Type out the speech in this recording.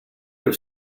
have